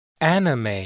anime